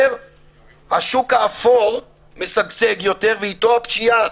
השוק האפור משגשג יותר ואיתו הפשיעה.